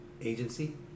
agency